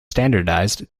standardized